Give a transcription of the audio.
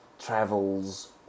travels